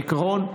בעיקרון,